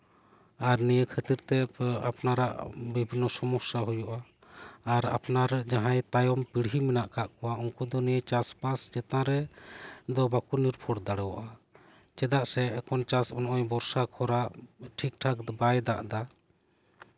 ᱟᱨ ᱱᱤᱭᱟᱹ ᱠᱷᱟᱹᱛᱤᱨ ᱛᱮᱜᱮ ᱟᱯᱱᱟᱨᱟᱜ ᱵᱤᱵᱷᱤᱱᱱᱚ ᱥᱚᱢᱚᱥᱥᱟ ᱦᱳᱭᱳᱜᱼᱟ ᱟᱨ ᱟᱯᱱᱟᱨ ᱨᱮᱱ ᱡᱟᱦᱟᱸᱭ ᱛᱟᱭᱚᱢ ᱯᱤᱲᱦᱤ ᱢᱮᱱᱟᱜ ᱟᱠᱟᱫ ᱠᱚᱣᱟ ᱩᱱᱠᱩ ᱫᱚ ᱱᱤᱭᱟᱹ ᱪᱟᱥᱵᱟᱥ ᱪᱮᱛᱟᱱ ᱨᱮ ᱫᱚ ᱵᱟᱠᱚ ᱱᱤᱨᱵᱷᱚᱨ ᱫᱟᱲᱮᱭᱟᱜᱼᱟ ᱪᱮᱫᱟᱜ ᱥᱮ ᱱᱚᱜᱼᱚᱭ ᱪᱟᱥ ᱥᱮ ᱵᱚᱨᱥᱟ ᱠᱷᱚᱨᱟ ᱴᱷᱤᱠᱼᱴᱷᱟᱠ ᱵᱟᱭ ᱫᱟᱜᱽ ᱮᱫᱟ